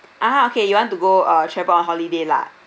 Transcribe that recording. ah okay you want to go uh travel on holiday lah